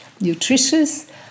nutritious